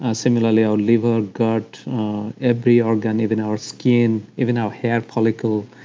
ah similarly our liver, gut every organ, even our skin, even our hair follicle,